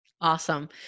Awesome